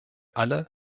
alle